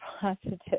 positive